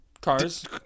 cars